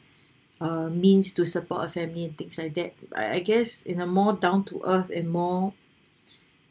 uh means to support a family and things like that I I guess in a more down to earth in more